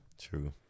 True